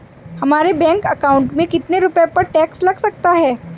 हमारे bank account में कितने रुपये पर टैक्स लग सकता है?